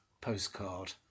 postcard